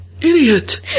Idiot